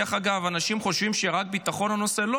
דרך אגב, אנשים חושבים שרק הביטחון הוא הנושא.